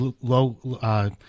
low